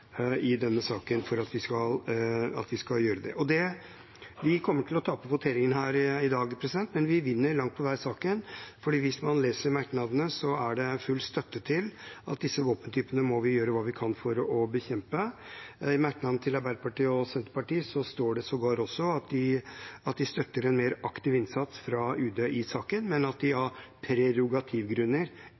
i denne saken for at vi skal gjøre det. Vi kommer til å tape voteringen her i dag, men vi vinner langt på vei saken, for hvis man leser merknadene, er det full støtte til at vi må gjøre hva vi kan for å bekjempe disse våpentypene. I merknadene fra Arbeiderpartiet og Senterpartiet står det sågar at de støtter en mer aktiv innsats fra UD i saken, men at de av prerogativgrunner